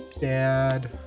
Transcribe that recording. Dad